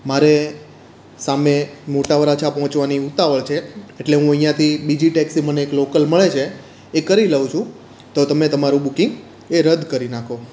મારે સામે મોટા વરાછા પહોંચવાની ઉતાવળ છે એટલે હુ અહીંયાથી બીજી ટેક્સી મને એક લોકલ મળે છે એ કરી લઉં છું તો તમે તમારું બુકિંગ એ રદ કરી નાખો